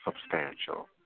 substantial